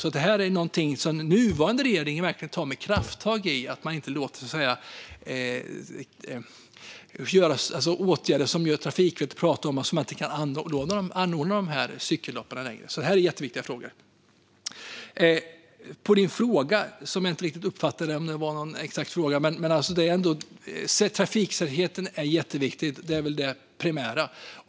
Att Trafikverket vidtar åtgärder som gör att man inte längre kan anordna dessa cykellopp är någonting som den nuvarande regeringen tar tag i med kraft, för det är jätteviktiga frågor. Jag uppfattade inte om det var någon direkt fråga, men trafiksäkerheten är jätteviktig. Det är väl det primära.